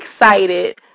excited